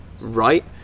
right